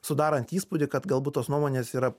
sudarant įspūdį kad galbūt tos nuomonės yra